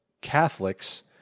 Catholics